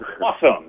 Awesome